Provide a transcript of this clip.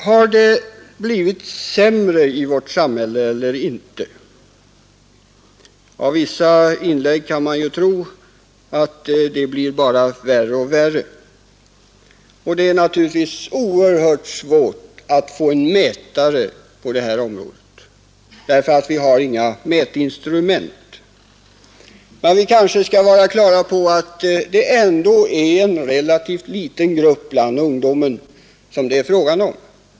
Har det blivit sämre i vårt samhälle eller inte? Av vissa inlägg kan man få den uppfattningen att det bara blir värre och värre. Det är naturligtvis oerhört svårt att bilda sig en uppfattning om den saken eftersom vi inte har några mätinstrument. Men vi bör vara på det klara med att det ändå är en relativt liten grupp bland ungdomen som det är fråga om.